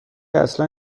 اصلا